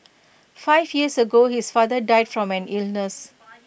five years ago his father died from an illness